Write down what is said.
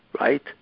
right